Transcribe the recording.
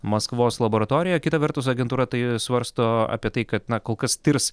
maskvos laboratorijoje kita vertus agentūra tai svarsto apie tai kad na kol kas tirs